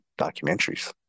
documentaries